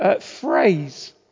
phrase